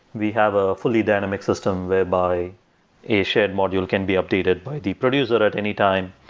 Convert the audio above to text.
we have a fully dynamic system whereby a shared module can be updated by the producer at any time.